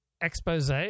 expose